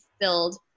filled